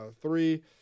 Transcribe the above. three